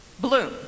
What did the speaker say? bloom